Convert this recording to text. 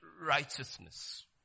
righteousness